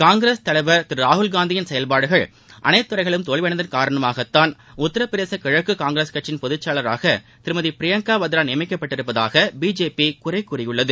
காங்கிரஸ் தலைவர் திரு ராகுல்காந்தியின் செயல்பாடுகள் அனைத்து துறைகளிலும் தோல்வியடைந்ததன் காரணமாகத்தான் உத்தரப்பிரதேச கிழக்கு காங்கிரஸ் கட்சியின் பொதுச்செயலாளராக திருமதி பிரியங்கா வதேதரா நியமிக்கப்பட்டுள்ளதாக பிஜேபி குறை கூறியுள்ளது